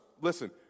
listen